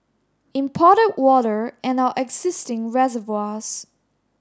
imported water and our existing reservoirs